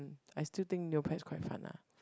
I still think Neopets quite fun lah